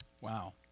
Wow